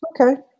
Okay